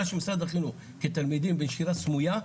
של משרד החינוך כתלמידים בנשירה סמויה,